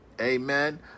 Amen